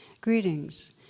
Greetings